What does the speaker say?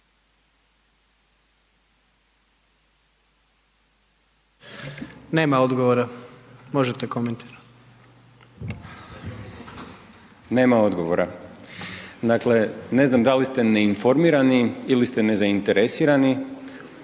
Bojan (Nezavisni)** Nema odgovora? Dakle, ne znam da li ste neinformirani ili ste nezainteresirani,